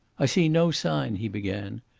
i see no sign he began,